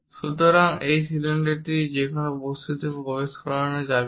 সুতরাং এই সিলিন্ডারটি সেই বস্তুতে প্রবেশ করা যাবে না